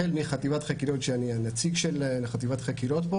החל מחטיבת החקירות, שאני הנציג שלה פה.